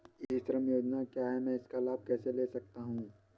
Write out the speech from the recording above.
ई श्रम योजना क्या है मैं इसका लाभ कैसे ले सकता हूँ?